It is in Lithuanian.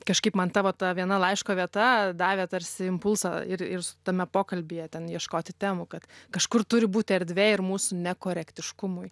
kažkaip man ta va ta viena laiško vieta davė tarsi impulsą ir ir tame pokalbyje ten ieškoti temų kad kažkur turi būti erdvė ir mūsų nekorektiškumui